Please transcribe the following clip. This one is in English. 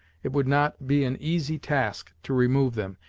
it would not be an easy task to remove them,